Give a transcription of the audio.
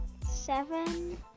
seven